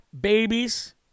babies